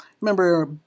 Remember